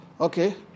Okay